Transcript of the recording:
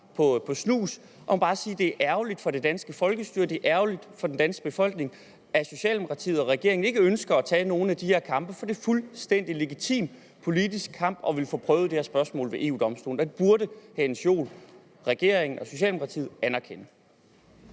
med snus, og jeg vil bare sige, at det er ærgerligt for det danske folkestyre, det er ærgerligt for den danske befolkning, at Socialdemokratiet og regeringen ikke ønsker at tage nogen af de her kampe, for det er en fuldstændig legitim politisk kamp at ville have prøvet det her spørgsmål ved EU-Domstolen. Det burde hr. Jens Joel, regeringen og Socialdemokratiet anerkende.